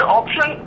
option